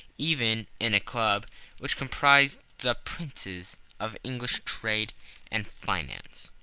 even in a club which comprises the princes of english trade and finance.